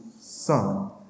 son